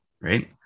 right